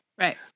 Right